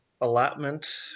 allotment